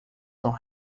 são